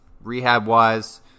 rehab-wise